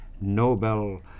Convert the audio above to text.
Nobel